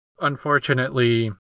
unfortunately